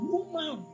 Woman